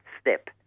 step